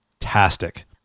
Fantastic